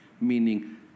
Meaning